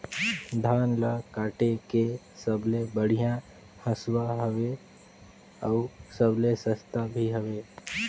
धान ल काटे के सबले बढ़िया हंसुवा हवये? अउ सबले सस्ता भी हवे?